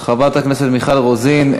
חברת הכנסת מיכל רוזין,